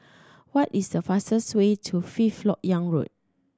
what is the fastest way to Fifth Lok Yang Road